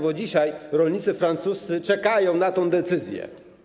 Bo dzisiaj rolnicy francuscy czekają na tę decyzję.